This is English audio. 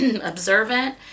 observant